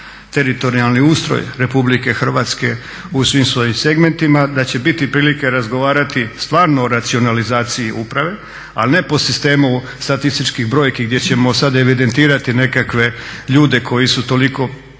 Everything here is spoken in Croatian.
teritorijalni ustroj Republike Hrvatske u svim svojim segmentima, da će biti prilike razgovarati stvarno o racionalizaciji uprave. Ali ne po sistemu statističkih brojki gdje ćemo sada evidentirati nekakve ljude koji su toliko hiljada